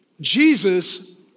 Jesus